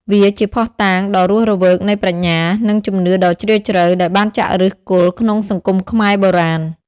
វាជាភស្តុតាងដ៏រស់រវើកនៃ ប្រាជ្ញា និងជំនឿដ៏ជ្រាលជ្រៅ ដែលបានចាក់ឫសគល់ក្នុងសង្គមខ្មែរបុរាណ។